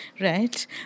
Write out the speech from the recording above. right